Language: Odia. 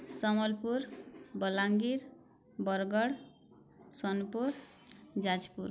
ସମ୍ବଲପୁର ବଲାଙ୍ଗୀର ବରଗଡ଼ ସୋନପୁର ଯାଜପୁର